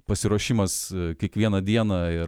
pasiruošimas kiekvieną dieną ir